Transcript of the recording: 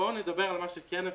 בואו נדבר על מה שכן אפשר.